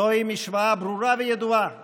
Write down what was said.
זוהי משוואה ברורה וידועה